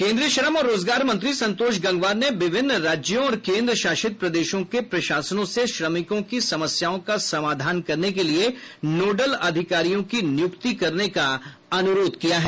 केंद्रीय श्रम और रोजगार मंत्री संतोष गंगवार ने विभिन्न राज्यों और केंद्र शासित प्रदेशों के प्रशासनों से श्रमिकों की समस्याओं का समाधान करने के लिए नोडल अधिकारियों की नियुक्ति करने का अनुरोध किया है